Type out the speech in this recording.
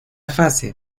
fase